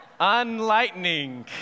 unlightening